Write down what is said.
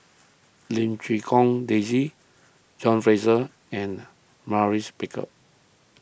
Lim Quee Hong Daisy John Fraser and Maurice Baker